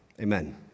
amen